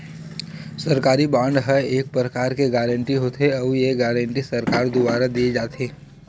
सरकारी बांड ह एक परकार के गारंटी होथे, अउ ये गारंटी सरकार दुवार देय जाथे